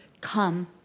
come